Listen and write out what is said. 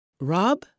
Rob